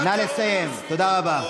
אני אאשים אותו באמת.